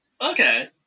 Okay